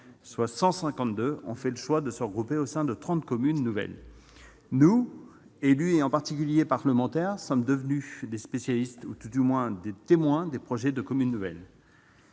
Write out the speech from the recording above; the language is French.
soit 152, ont fait le choix de se regrouper au sein de 30 communes nouvelles. Nous, élus, et en particulier parlementaires, sommes devenus des spécialistes, ou tout du moins des témoins des projets de communes nouvelles.